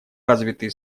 развитые